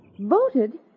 Voted